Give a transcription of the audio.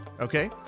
okay